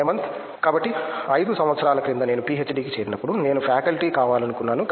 హేమంత్ కాబట్టి 5 సంవత్సరాల క్రింద నేను పీహెచ్డీకి చేరినప్పుడు నేను ఫ్యాకల్టీ కావాలనుకున్నాను